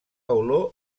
olor